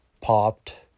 popped